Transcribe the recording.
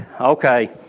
Okay